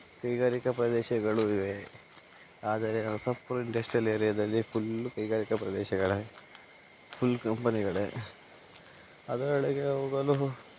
ಕೈಗಾರಿಕಾ ಪ್ರದೇಶಗಳು ಇವೆ ಆದರೆ ನರಸಾಪುರ ಇಂಡಸ್ಟ್ರಿಯಲ್ ಏರಿಯಾದಲ್ಲಿ ಫುಲ್ಲು ಕೈಗಾರಿಕಾ ಪ್ರದೇಶಗಳೇ ಫುಲ್ ಕಂಪೆನಿಗಳೇ ಅದರೊಳಗೆ ಹೋಗಲು